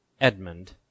Edmund